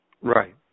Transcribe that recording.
Right